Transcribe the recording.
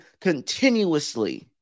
continuously